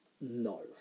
no